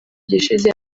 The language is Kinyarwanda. gishize